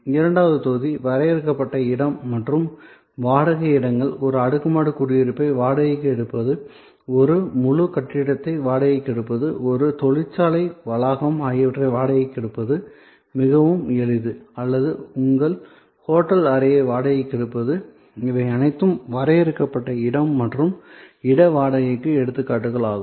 இரண்டாவது தொகுதி வரையறுக்கப்பட்ட இடம் மற்றும் வாடகை இடங்கள் ஒரு அடுக்குமாடி குடியிருப்பை வாடகைக்கு எடுப்பது ஒரு முழு கட்டிடத்தை வாடகைக்கு எடுப்பது ஒரு தொழிற்சாலை வளாகம் ஆகியவற்றை வாடகைக்கு எடுப்பது மிகவும் எளிது அல்லது உங்கள் ஹோட்டல் அறையை வாடகைக்கு எடுப்பது இவை அனைத்தும் வரையறுக்கப்பட்ட இடம் மற்றும் இட வாடகைக்கு எடுத்துக்காட்டுகள் ஆகும்